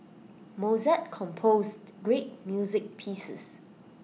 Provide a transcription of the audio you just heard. Mozart composed great music pieces